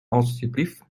alsjeblieft